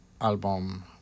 album